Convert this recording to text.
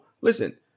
listen